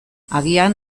agian